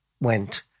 went